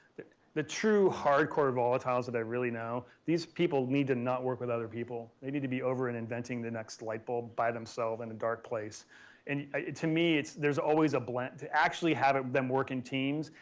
the true hard core volatiles that i really know, these people need to not work with other people. maybe to be over and inventing the next light bulb by themselves in a dark place. and to me, it's, there's always a blend to actually have them work in teams,